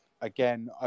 again